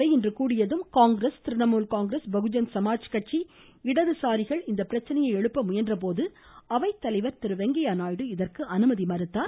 அவை இன்று கூடியதும் காங்கிரஸ் திரிணாமுல் காங்கிரஸ் பகுஜன் சமாஜ்கட்சி இடதுசாரிகள் இப்பிரச்னையை எழுப்ப முயன்றபோது அவைத்தலைவர் திரு வெங்கைய நாயுடு இதற்கு அனுமதி மறுத்தார்